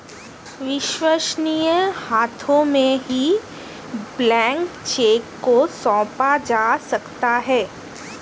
विश्वसनीय हाथों में ही ब्लैंक चेक को सौंपा जा सकता है